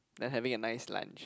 then having a nice lunch